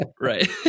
Right